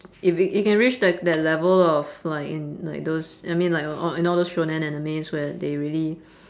if it if can reach that like that level of like in like those I mean li~ al~ in all those shonen animes where they really